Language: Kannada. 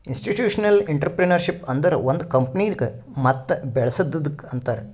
ಇನ್ಸ್ಟಿಟ್ಯೂಷನಲ್ ಇಂಟ್ರಪ್ರಿನರ್ಶಿಪ್ ಅಂದುರ್ ಒಂದ್ ಕಂಪನಿಗ ಮತ್ ಬೇಳಸದ್ದುಕ್ ಅಂತಾರ್